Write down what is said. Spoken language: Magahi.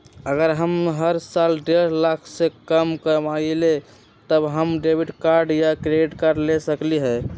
अगर हम हर साल डेढ़ लाख से कम कमावईले त का हम डेबिट कार्ड या क्रेडिट कार्ड ले सकली ह?